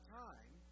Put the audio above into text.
time